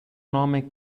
nome